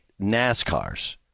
NASCARs